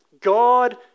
God